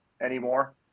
anymore